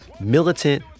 Militant